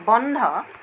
বন্ধ